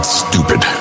stupid